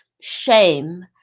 shame